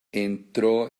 entró